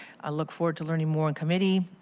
i look forward to learning more in committee.